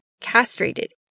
castrated